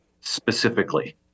specifically